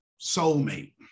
soulmate